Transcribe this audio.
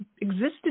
existed